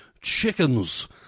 chickens